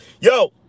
Yo